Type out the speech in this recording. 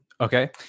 okay